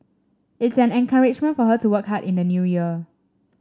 it's an encouragement for her to work hard in the New Year